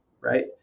right